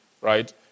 right